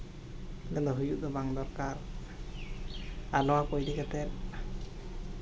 ᱚᱱᱟᱫᱚ ᱦᱩᱭᱩᱜ ᱫᱚ ᱵᱟᱝ ᱫᱚᱨᱠᱟᱨ ᱟᱨ ᱱᱚᱣᱟ ᱠᱚ ᱤᱫᱤ ᱠᱟᱛᱮᱫ